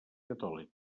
catòlica